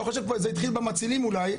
אתה חושב כבר שזה התחיל במצילים אולי.